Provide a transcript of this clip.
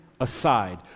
aside